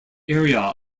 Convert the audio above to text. area